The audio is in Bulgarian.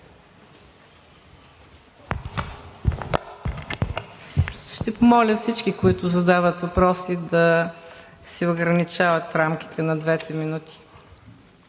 Ще помоля всички, които задават въпроси, да се ограничават в рамките на двете минути.